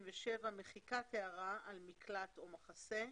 מחיקת הערה על מקלט או מחסה.